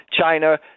China